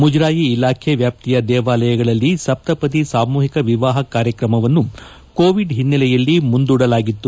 ಮುಜರಾಯಿ ಇಲಾಖೆಯ ವ್ಯಾಪ್ತಿಯ ದೇವಾಲಯಗಳಲ್ಲಿ ಸಪ್ತಪದಿ ಸಾಮೂಹಿಕ ವಿವಾಹ ಕಾರ್ಯಕ್ರಮವನ್ನು ಕೋವಿಡ್ ಹಿನ್ನೆಲೆಯಲ್ಲಿ ಮುಂದೂಡಲಾಗಿತ್ತು